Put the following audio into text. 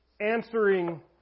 answering